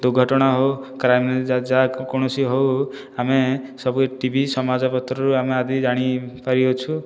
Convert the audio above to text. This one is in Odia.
ଦୁର୍ଘଟଣା ହେଉ କ୍ରାଇମ ଯାହା କୌଣସି ହେଉ ଆମେ ଏହିସବୁ ଟିଭି ସମାଜପତ୍ରରୁ ଆମେ ଆଦି ଜାଣି ପାରିଅଛୁ